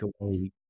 away